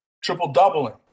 triple-doubling